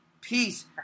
Peace